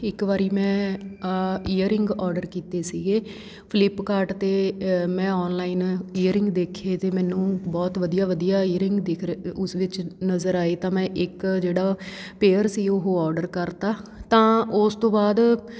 ਇੱਕ ਵਾਰੀ ਮੈਂ ਈਅਰਿੰਗ ਔਡਰ ਕੀਤੇ ਸੀਗੇ ਫਲਿੱਪਕਾਟ ਤੋਂ ਮੈਂ ਔਨਲਾਈਨ ਈਅਰਿੰਗ ਦੇਖੇ ਅਤੇ ਮੈਨੂੰ ਬਹੁਤ ਵਧੀਆ ਵਧੀਆ ਈਅਰਿੰਗ ਦਿਖ ਰ ਉਸ ਵਿੱਚ ਨਜ਼ਰ ਆਏ ਤਾਂ ਮੈਂ ਇੱਕ ਜਿਹੜਾ ਪੇਅਰ ਸੀ ਉਹ ਔਡਰ ਕਰਤਾ ਤਾਂ ਉਸ ਤੋਂ ਬਾਅਦ